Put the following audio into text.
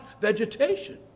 vegetation